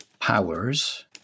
powers